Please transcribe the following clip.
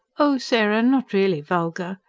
oh, sarah. not really vulgar.